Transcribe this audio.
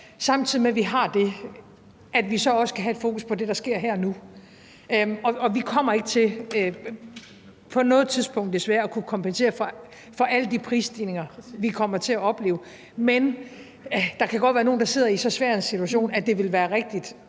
samtidig med at vi har det, så kan have et fokus på det, der sker her og nu. Og vi kommer desværre ikke på noget tidspunkt til at kunne kompensere for alle de prisstigninger, vi kommer til at opleve, men der kan godt være nogle, der sidder i så svær en situation, at det vil være rigtigt